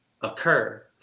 occur